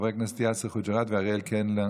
וחברי הכנסת יאסר חוג'יראת ואריאל קלנר,